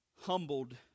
humbled